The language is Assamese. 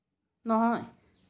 নহয়